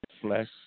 flesh